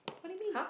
what do you mean